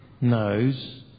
knows